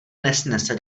nesnese